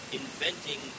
inventing